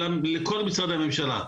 לכל משרדי הממשלה,